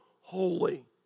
holy